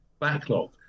backlog